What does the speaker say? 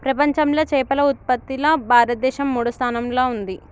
ప్రపంచంలా చేపల ఉత్పత్తిలా భారతదేశం మూడో స్థానంలా ఉంది